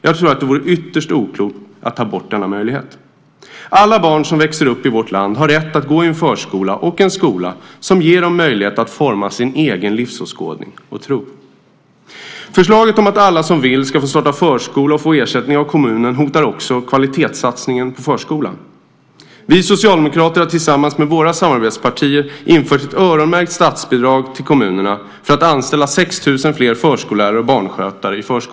Jag tror att det vore ytterst oklokt att ta bort denna möjlighet. Alla barn som växer upp i vårt land har rätt att gå i en förskola och en skola som ger dem möjlighet att forma sin egen livsåskådning och tro. Förslaget om att alla som vill ska få starta förskola och få ersättning av kommunen hotar också kvalitetssatsningen på förskolan. Vi socialdemokrater har tillsammans med våra samarbetspartier infört ett öronmärkt statsbidrag till kommunerna för att anställa 6 000 fler förskollärare och barnskötare i förskolan.